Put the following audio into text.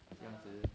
这样子